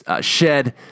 shed